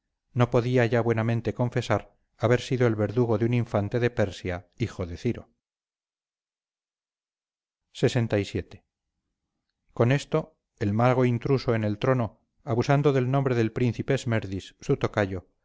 no podía ya buenamente confesar haber sido el verdugo de un infante de persia hijo de ciro lxvii con esto el mago intruso en el trono abusando del nombre del príncipe esmerdis su tocayo